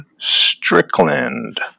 Strickland